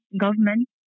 government